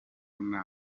nta